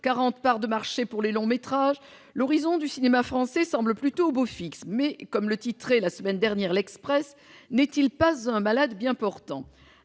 de part de marché pour les longs-métrages, l'horizon du cinéma français semble plutôt au beau fixe. Mais, comme le titrait la semaine dernière, n'est-il pas un malade bien portant ?